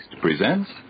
presents